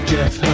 Jeff